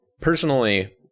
Personally